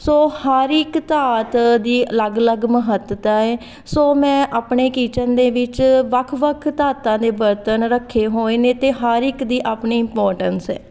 ਸੋ ਹਰ ਇੱਕ ਧਾਤ ਦੀ ਅਲੱਗ ਅਲੱਗ ਮਹੱਤਤਾ ਏ ਸੋ ਮੈਂ ਆਪਣੇ ਕਿਚਨ ਦੇ ਵਿੱਚ ਵੱਖ ਵੱਖ ਧਾਤਾਂ ਦੇ ਬਰਤਨ ਰੱਖੇ ਹੋਏ ਨੇ ਅਤੇ ਹਰ ਇੱਕ ਦੀ ਆਪਣੀ ਇੰਪੋਰਟੈਂਸ ਏ